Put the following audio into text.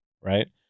right